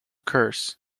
curse